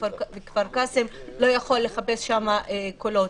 בכפר קאסם לא יכול לחפש שם קולות.